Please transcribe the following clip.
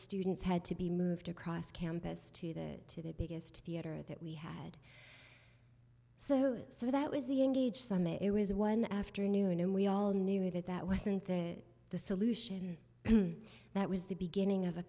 students had to be moved across campus to the to the biggest theater that we had so so that was the engage some it was one afternoon and we all knew that that wasn't the the solution that was the beginning of a